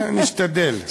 משתדל.